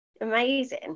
Amazing